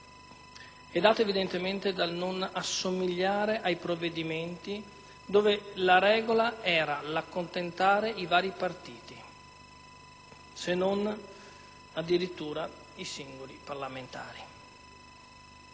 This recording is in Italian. è dato evidentemente dal non assomigliare ai provvedimenti in cui la regola era accontentare i vari partiti, se non addirittura i singoli parlamentari.